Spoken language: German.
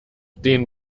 den